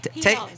Take